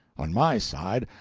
on my side,